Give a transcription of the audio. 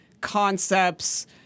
concepts